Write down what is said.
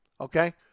okay